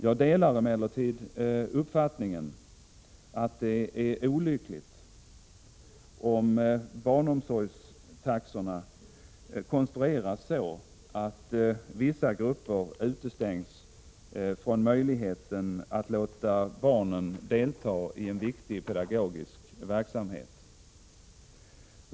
Jag delar emellertid uppfattningen att det är olyckligt om barnomsorgstaxorna konstrueras så att vissa grupper utestängs från möjligheten att låta barnen delta i en viktig pedagogisk verksamhet.